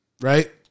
Right